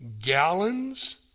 gallons